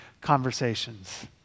conversations